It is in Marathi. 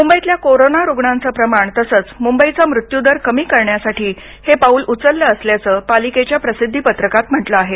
मुंबईतल्या कोरोना रुग्णांचं प्रमाण तसंच मुंबईचा मृत्यूदर कमी करण्यासाठी हे पाऊल उचललं असल्याचं पालिकेच्या प्रसिद्धिपत्रकात म्हटलं आहे